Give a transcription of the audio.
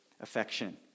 affection